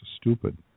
stupid